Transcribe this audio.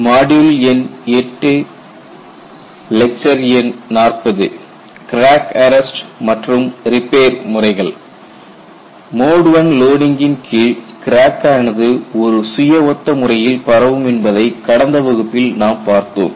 mode I லோடிங்கின் கீழ் crack ஆனது ஒரு சுய ஒத்த முறையில் பரவும் என்பதை கடந்த வகுப்பில் நாம் பார்த்தோம்